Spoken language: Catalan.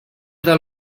del